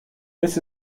this